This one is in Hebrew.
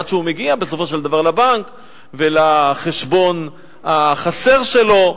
עד שהוא מגיע בסופו של דבר לבנק ולחשבון החסר שלו,